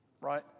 right